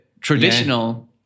traditional